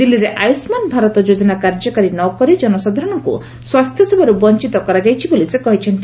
ଦିଲ୍ଲୀରେ ଆୟୁଷ୍ମାନ ଭାରତ ଯୋଜନା କାର୍ଯ୍ୟକାରୀ ନକରି ଜନସାଧାରଣଙ୍କୁ ସ୍ୱାସ୍ଥ୍ୟସେବାରୁ ବଞ୍ଚିତ କରାଯାଇଛି ବୋଲି ସେ କହିଛନ୍ତି